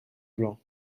blanc